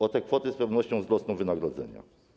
O te kwoty z pewnością wzrosną wynagrodzenia.